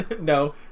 No